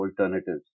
Alternatives